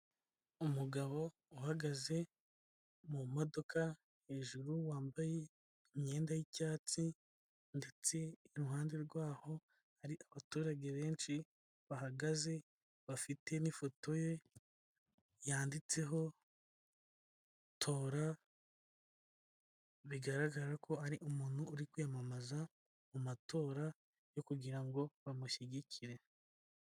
Umugabo uhagaze mu modoka hejuru, wambaye imyenda y'icyatsi ndetse iruhande rwaho hari abaturage benshi bahagaze bafite n'ifoto ye yanditseho tora, bigaragara ko ari umuntu uri kwiyamamaza mu matora yo kugira ngo bamushyigikire.